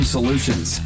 Solutions